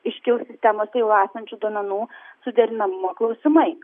iškils sistemose jau esančių duomenų suderinamumo klausimai